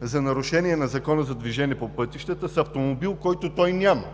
за нарушение на Закона за движение по пътищата с автомобил, който той няма